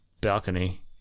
balcony